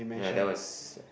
yeah that was